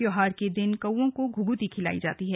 त्योहार के दिन कौओं को घुघुती खिलाई जाती है